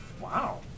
Wow